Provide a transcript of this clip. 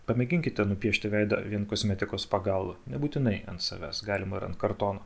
pamėginkite nupiešti veidą vien kosmetikos pagalba nebūtinai ant savęs galima ir ant kartono